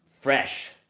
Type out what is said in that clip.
Fresh